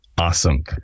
Awesome